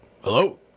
Hello